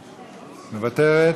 מוותרת.